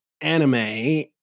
anime